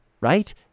right